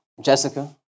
Jessica